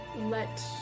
let